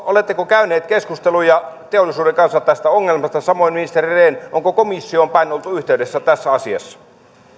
oletteko käyneet keskusteluja teollisuuden kanssa tästä ongelmasta ministeri rehn onko komissioon päin oltu yhteydessä tässä asiassa